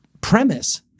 premise